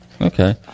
Okay